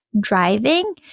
driving